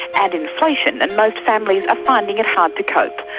add inflation and most families are finding it hard to cope.